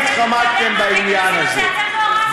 ואתם התחמקתם בעניין הזה,